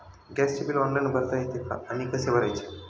गॅसचे bill online भरता येते का आणि कसे भरायचे?